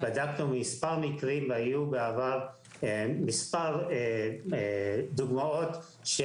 בדקנו מספר מקרים והיו בעבר מספר דוגמאות של